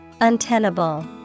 Untenable